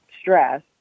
stress